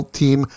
team